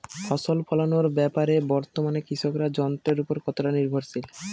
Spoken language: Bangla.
ফসল ফলানোর ব্যাপারে বর্তমানে কৃষকরা যন্ত্রের উপর কতটা নির্ভরশীল?